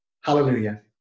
Hallelujah